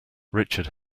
richard